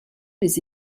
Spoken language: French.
les